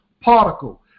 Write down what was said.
particle